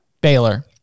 Baylor